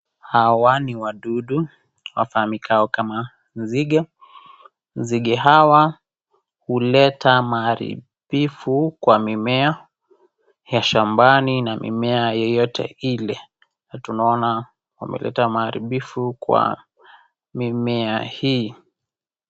Hawa ni wadudu wafahamikao kama zige, zige hawa huleta maharibifu kwa mimea ya shambani na mimea yoyote ile na tunaona wameleta uharibifu kwa mimea hii.